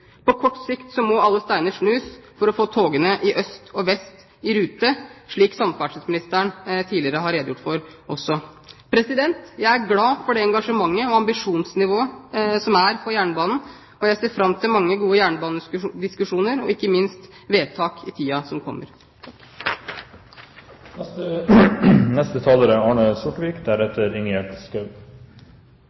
På kort sikt må alle steiner snus for å få togene i øst og vest i rute, slik samferdselsministeren tidligere har redegjort for. Jeg er glad for det engasjementet og ambisjonsnivået som er når det gjelder jernbanen, og jeg ser fram til mange gode jernbanediskusjoner – og ikke minst vedtak – i tida som kommer. Som representanten Kjernli korrekt sa, er